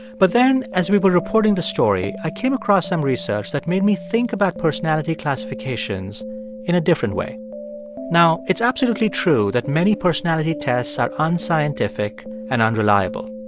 but then, as we were reporting the story, i came across some research that made me think about personality classifications classifications in a different way now, it's absolutely true that many personality tests are unscientific and unreliable.